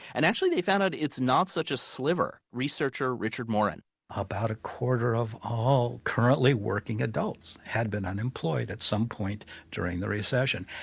and actually they found out it's not such a sliver. researcher richard morin about a quarter of all currently working adults had been unemployed at some point during the recession.